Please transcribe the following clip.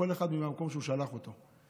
כל אחד מהמקום שהוא שלח אותו,